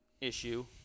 issue